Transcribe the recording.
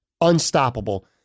unstoppable